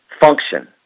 function